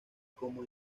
como